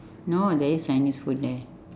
no there is chinese food there